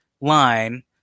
line